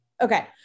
Okay